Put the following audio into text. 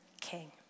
king